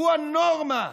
הוא הנורמה.